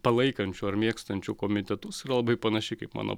palaikančių ar mėgstančių komitetus yra labai panaši kaip mano